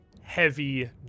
heavy